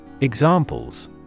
Examples